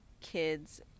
kids